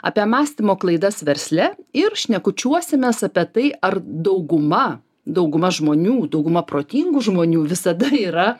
apie mąstymo klaidas versle ir šnekučiuosimės apie tai ar dauguma dauguma žmonių dauguma protingų žmonių visada yra